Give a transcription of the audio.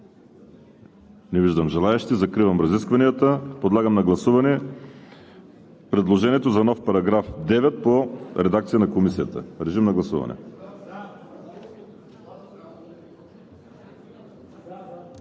Не виждам желаещи. Закривам разискванията. Подлагам на гласуване предложението за нов § 9 по редакция на Комисията. Гласували